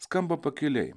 skamba pakiliai